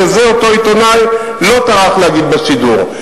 ואת זה אותו עיתונאי לא טרח להגיד בשידור.